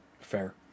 Fair